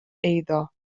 eiddo